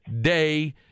day